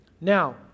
Now